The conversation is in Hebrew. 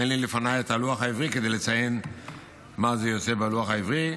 אין לי לפניי את הלוח העברי כדי לציין מה זה יוצא בלוח העברי.